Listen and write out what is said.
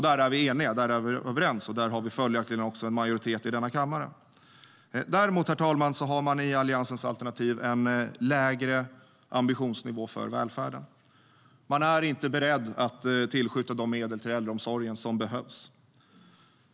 Där är vi eniga, där är vi överens och där har vi följaktligen också en majoritet i denna kammare. Däremot har Alliansens alternativ en lägre ambitionsnivå för välfärden. De är inte beredda att tillskjuta de medel till äldreomsorgen som behövs.